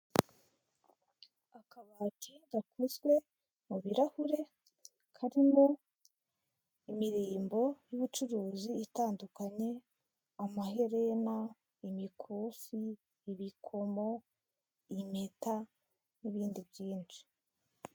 Akabati gakozwe mu birahure, karimo imirimbo y'ubucuruzi itandukanye, amaherena, imikufi, ibikomo impeta, n'ibindi byinshi.